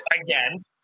Again